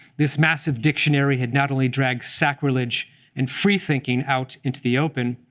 this massive dictionary had not only dragged sacrilege and freethinking out into the open,